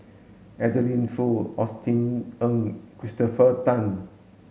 Adeline Foo Austen Ong Christopher Tan